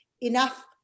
enough